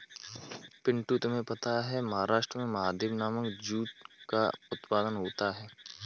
पिंटू तुम्हें पता है महाराष्ट्र में महादेव नामक जूट का उत्पादन होता है